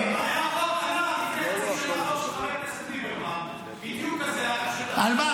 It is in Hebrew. לפני חצי שנה עלה חוק של חבר הכנסת ליברמן בדיוק על זה -- על מה?